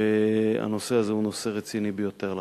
ולכן הנושא הזה הוא נושא רציני ביותר.